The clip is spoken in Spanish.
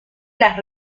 las